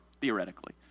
theoretically